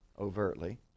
overtly